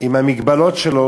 עם ההגבלות שלו